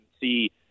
see